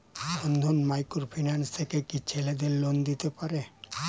বন্ধন micro finance থেকে কি কোন ছেলেদের লোন দিতে পারে?